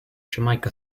jamaica